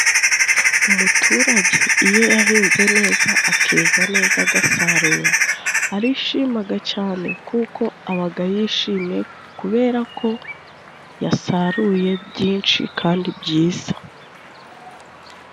Umuturage iyo yahinze neza akeza neza agasarura arishimaga cane kuko abaga yishimye kubera ko yasaruye byinshi kandi byiza.